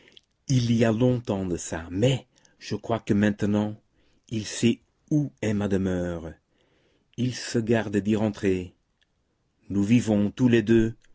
il y a longtemps de ça mais je crois que maintenant il sait où est ma demeure il se garde d'y rentrer nous vivons tous les deux